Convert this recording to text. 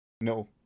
No